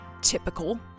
Typical